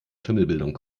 schimmelbildung